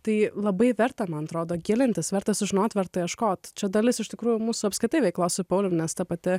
tai labai verta man atrodo gilintis verta sužinot verta ieškot čia dalis iš tikrųjų mūsų apskritai veiklos su pauliumi nes ta pati